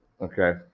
okay